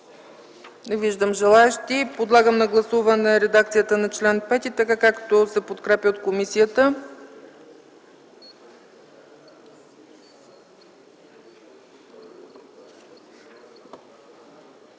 Не виждам желаещи. Подлагам на гласуване редакцията на чл. 5 така, както се предлага от комисията.